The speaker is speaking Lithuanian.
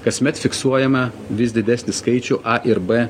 kasmet fiksuojame vis didesnį skaičių a ir b